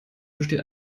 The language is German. besteht